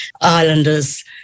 Islanders